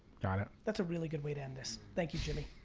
got it. that's a really good way to end this. thank you, jimmy.